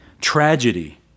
Tragedy